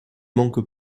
manque